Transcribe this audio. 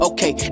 Okay